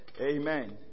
Amen